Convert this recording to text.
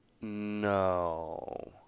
No